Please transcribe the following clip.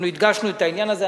אנחנו הדגשנו את העניין הזה.